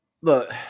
Look